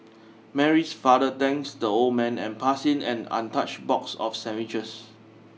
Mary's father thanks the old man and passing him an untouched box of sandwiches